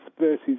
versus